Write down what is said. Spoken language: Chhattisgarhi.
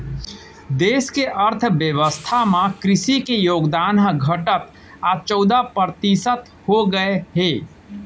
देस के अर्थ बेवस्था म कृसि के योगदान ह घटत आज चउदा परतिसत हो गए हे